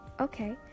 Okay